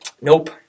Nope